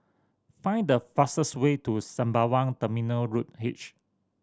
find the fastest way to Sembawang Terminal Road H